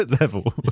level